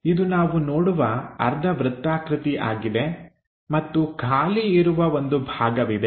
ಇದು ನಾವು ನೋಡುವ ಅರ್ಧ ವೃತ್ತಾಕೃತಿ ಆಗಿದೆ ಮತ್ತು ಖಾಲಿ ಇರುವ ಒಂದು ಭಾಗವಿದೆ